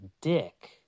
dick